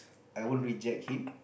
I would reject him